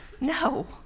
no